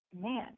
Man